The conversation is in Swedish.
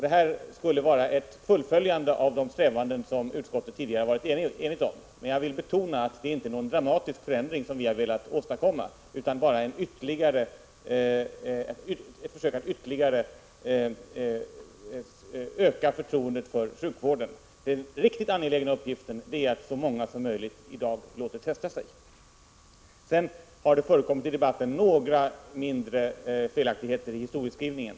Det skulle vara ett fullföljande av de strävanden som utskottet tidigare har varit enigt om. Men jag vill betona att vi inte har velat åstadkomma någon dramatisk förändring utan bara ett försök att ytterligare öka förtroendet för sjukvården. Den verkligt angelägna uppgiften är att få så många som möjligt att låta testa sig. Sedan vill jag peka på att det i debatten förekommit några mindre felaktigheter i historieskrivningen.